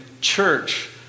church